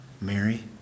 Mary